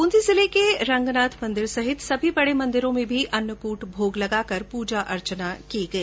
बूंदी जिले के रंगनाथ मंदिर सहित सभी बड़े मंदिरों में भी अन्नकूट भोग लगाकर पूजा अर्चना की गई